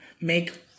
Make